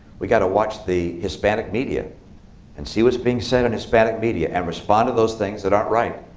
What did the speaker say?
we've got to watch the hispanic media and see what's being said on hispanic media, and respond to those things that aren't right,